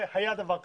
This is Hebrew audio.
היה דבר כזה.